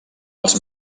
els